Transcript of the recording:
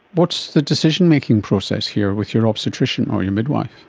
what's the decision-making process here with your obstetrician or your midwife?